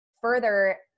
further